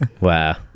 Wow